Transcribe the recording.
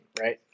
right